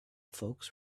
folks